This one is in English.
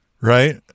right